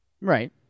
Right